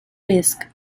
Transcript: risk